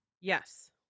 yes